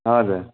हजुर